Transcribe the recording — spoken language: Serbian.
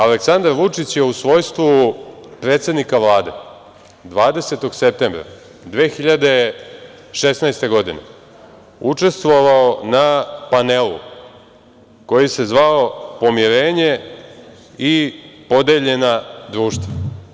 Aleksandar Vučić, je u svojstvu predsednika Vlade 20. septembra 2016. godine učestvovao na panelu, koji se zvao „Pomirenje i podeljena društva“